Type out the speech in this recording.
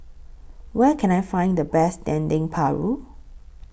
Where Can I Find The Best Dendeng Paru